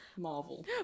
marvel